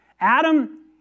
Adam